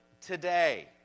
today